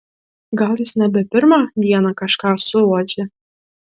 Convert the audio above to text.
gal jis nebe pirmą dieną kažką suuodžia